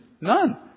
none